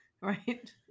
Right